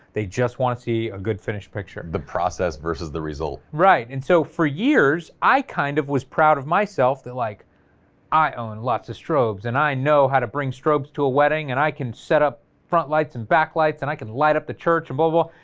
they just want to see a good finished picture, the process versus the result. right, and so for years i kind of was proud of myself, that like i own lots of strobes, and i know how to bring strobes to a wedding, and i can set up front lights, and back lights, and i can light up the church, a bubble,